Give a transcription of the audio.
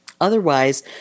otherwise